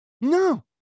No